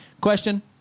question